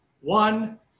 one